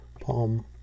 Palm